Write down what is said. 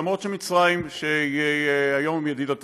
אף על פי שמצרים, שהיא היום ידידתנו,